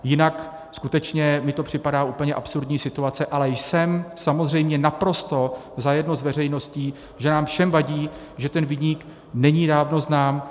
Jinak skutečně mně to připadá úplně absurdní situace, ale jsem samozřejmě naprosto zajedno s veřejností, že nám všem vadí, že ten viník není dávno znám.